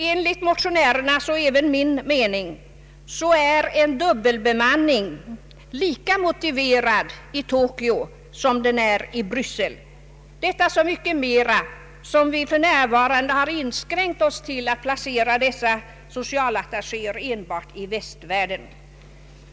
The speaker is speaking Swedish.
Enligt min och motionärernas mening är en dubbelbemanning lika motiverad i Tokyo som i Bryssel, detta så mycket mera som vi för närvarande har inskränkt oss till att placera socialattachéer enbart i västvärlden.